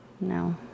No